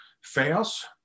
fails